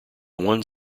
one